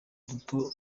duto